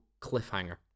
cliffhanger